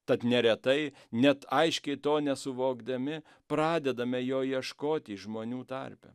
tad neretai net aiškiai to nesuvokdami pradedame jo ieškoti žmonių tarpe